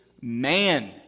man